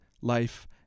life